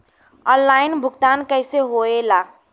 Online भुगतान कैसे होए ला?